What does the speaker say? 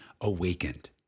awakened